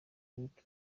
rick